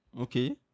Okay